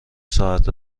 ساعت